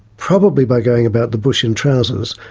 probably by going about the bush in trousers,